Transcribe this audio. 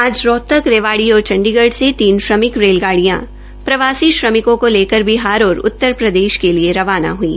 आज राहतक रेवाड़ी और चंडीगढ़ से तीन श्रमिक रेलगाडिय़ां प्रवासी श्रमिकों का लेकर बिहार और उत्तरप्रदेश के लिए रवाना हई